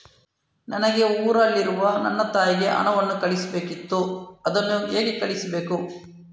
ನನಗೆ ಊರಲ್ಲಿರುವ ನನ್ನ ತಾಯಿಗೆ ಹಣವನ್ನು ಕಳಿಸ್ಬೇಕಿತ್ತು, ಅದನ್ನು ಹೇಗೆ ಕಳಿಸ್ಬೇಕು?